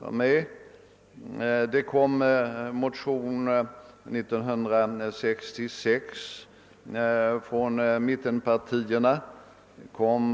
År 1966 väckte mittenpartierna motioner.